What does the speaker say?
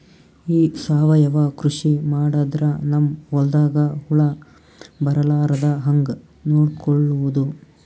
ಈ ಸಾವಯವ ಕೃಷಿ ಮಾಡದ್ರ ನಮ್ ಹೊಲ್ದಾಗ ಹುಳ ಬರಲಾರದ ಹಂಗ್ ನೋಡಿಕೊಳ್ಳುವುದ?